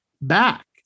back